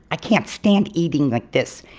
i can't stand eating like this.